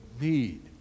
need